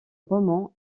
roman